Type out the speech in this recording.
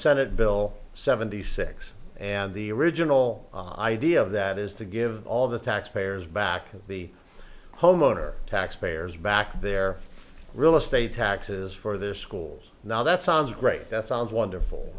senate bill seventy six and the original idea of that is to give all the taxpayers back the homeowner taxpayers back their real estate taxes for their schools now that sounds great that sounds wonderful